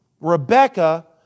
Rebecca